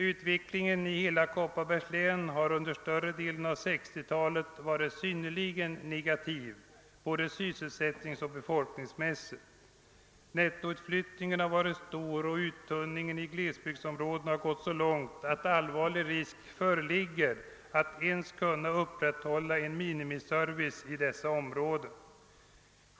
Utvecklingen för hela Kopparbergs län har under större delen av 1960-talet varit synnerligen negativ både sysselsättningsoch befolkningsmässigt. Nettoutflyttningen har varit stor och uttunningen i glesbygdsområdena har gått så långt att allvarlig risk föreligger att man inte ens skall kunna upprätthålla en minimiservice i dessa områden.